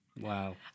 Wow